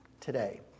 today